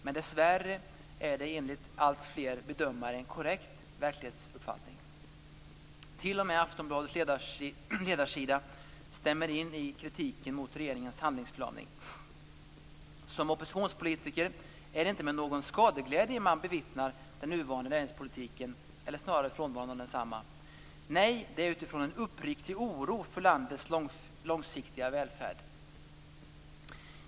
Men dessvärre är det enligt alltfler bedömare en korrekt verklighetsuppfattning. T.o.m. Aftonbladets ledarsida stämmer in i kritiken mot regeringens handlingsförlamning. Som oppositionspolitiker är det inte med någon skadeglädje man bevittnar den nuvarande näringspolitiken, eller snarare frånvaron av densamma. Nej, det är utifrån en uppriktig oro för landets långsiktiga välfärd.